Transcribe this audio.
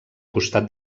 costat